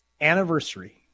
anniversary